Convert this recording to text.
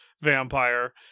vampire